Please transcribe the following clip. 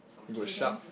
you could sharp